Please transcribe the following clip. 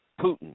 Putin